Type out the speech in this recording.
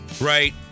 right